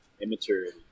immaturity